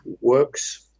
works